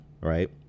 right